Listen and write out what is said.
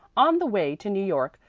on the way to new york,